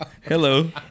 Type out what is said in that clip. Hello